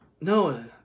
No